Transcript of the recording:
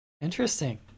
Interesting